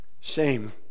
Shame